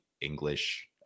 English